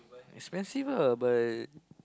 expensive lah but